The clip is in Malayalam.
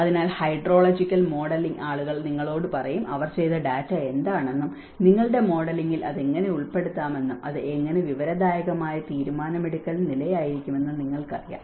അതിനാൽ ഹൈഡ്രോളജിക്കൽ മോഡലിംഗ് ആളുകൾ നിങ്ങളോട് പറയും അവർ ചെയ്ത ഡാറ്റ എന്താണെന്നും നിങ്ങളുടെ മോഡലിംഗിൽ അത് എങ്ങനെ ഉൾപ്പെടുത്താമെന്നും അത് എങ്ങനെ വിവരദായകമായ തീരുമാനമെടുക്കൽ നിലയായിരിക്കുമെന്നും നിങ്ങൾക്കറിയാം